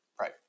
right